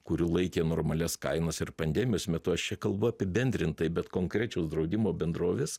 kuri laikė normalias kainas ir pandemijos metu aš čia kalbu apibendrintai bet konkrečios draudimo bendrovės